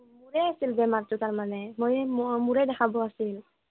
মোৰে আছিল বেমাৰটো তাৰমানে মই মোৰ মোৰে দেখাব আছিল